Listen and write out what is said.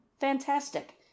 fantastic